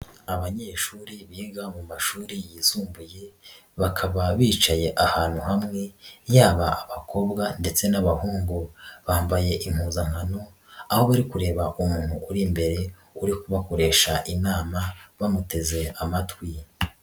Abanyeshuri biga mu mashuri yisumbuye, bakaba bicaye ahantu hamwe, yaba bakobwa ndetse n'abahungu. Bambaye impuzankano, aho bari kureba umuntu uri imbere uri kubakoresha inama, bamuteze amatwi.